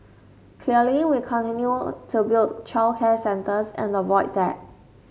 clearly we continue to build childcare centers at the Void Deck